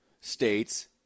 states